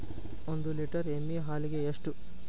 ಒಂದು ಲೇಟರ್ ಎಮ್ಮಿ ಹಾಲಿಗೆ ಎಷ್ಟು?